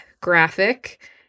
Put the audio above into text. graphic